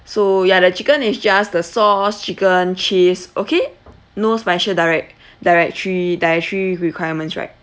so ya the chicken is just the sauce chicken cheese okay no special direct~ directory dietary requirements right